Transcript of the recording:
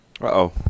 Uh-oh